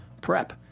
Prep